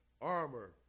armor